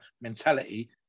mentality